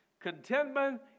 Contentment